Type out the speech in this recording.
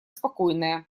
спокойная